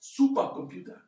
supercomputer